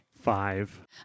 Five